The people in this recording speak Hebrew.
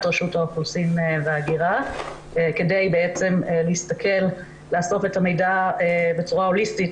רשות האוכלוסין וההגירה כדי לאסוף את המידע בצורה הוליסטית,